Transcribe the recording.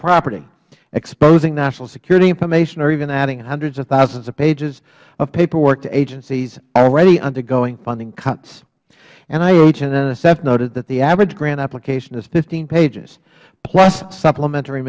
property exposing national security information or even adding hundreds of thousands of pages of paperwork to agency s already undergoing funding cuts nih and nsf noted that the average grant application is fifteen pages plus supplementary